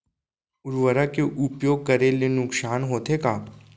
उर्वरक के उपयोग करे ले नुकसान होथे का?